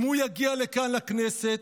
אם הוא יגיע לכאן לכנסת,